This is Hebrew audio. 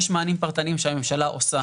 יש מענים פרטניים שהממשלה עושה.